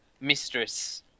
mistress